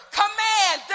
command